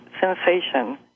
sensation